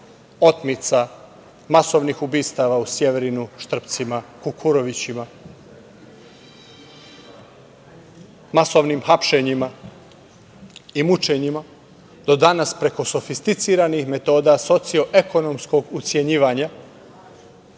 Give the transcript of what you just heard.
otmica, masovnih ubistava u Sjeverinu, Štrpcima, Kukurovićima, masovnim hapšenjima i mučenjima, do danas preko sofisticiranih metoda socio-ekonomskog ucenjivanja,